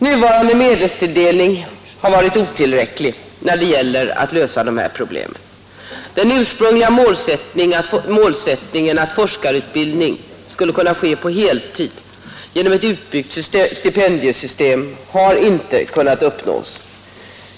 Nuvarande medelstilldelning har varit otillräcklig när det gäller att lösa dessa problem. Den ursprungliga målsättningen att forskarutbildning skulle kunna ske på heltid genom ett utbyggt stipendiesystem har inte kunnat uppnås.